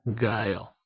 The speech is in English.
Guile